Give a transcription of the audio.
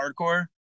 hardcore